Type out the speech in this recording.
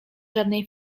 żadnej